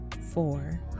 Four